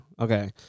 Okay